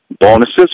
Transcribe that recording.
bonuses